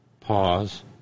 Pause